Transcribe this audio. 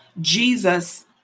Jesus